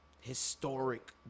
historic